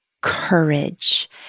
courage